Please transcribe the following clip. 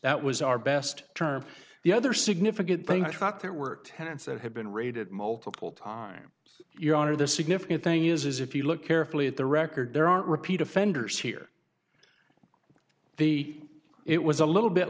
that was our best term the other significant thing i thought there were tenants that had been raided multiple times your honor the significant thing is if you look carefully at the record there aren't repeat offenders here the it was a little bit